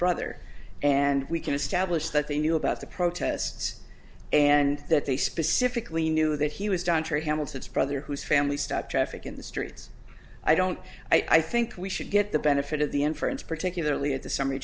brother and we can establish that they knew about the protests and that they specifically knew that he was john terry hamilton's brother whose family stopped traffic in the streets i don't i think we should get the benefit of the inference particularly at the summary